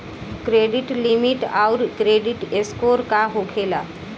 Credit limit आउर credit score का होखेला?